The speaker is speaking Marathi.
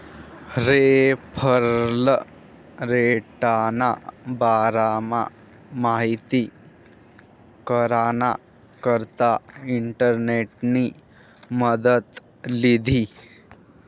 रेफरल रेटना बारामा माहिती कराना करता इंटरनेटनी मदत लीधी